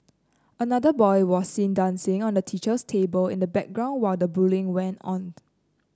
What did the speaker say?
another boy was seen dancing on the teacher's table in the background while the bullying went on